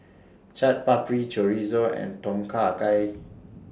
Chaat Papri Chorizo and Tom Kha Gai